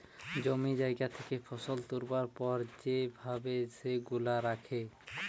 জমি জায়গা থেকে ফসল তুলবার পর যে ভাবে সেগুলা রাখে